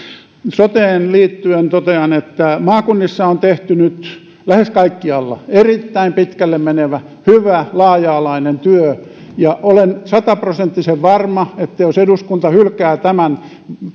soteen liittyen totean että maakunnissa on tehty nyt lähes kaikkialla erittäin pitkälle menevä hyvä laaja alainen työ ja olen sataprosenttisen varma että jos eduskunta hylkää tämän